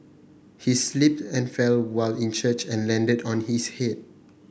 he slipped and fell while in church and landed on his head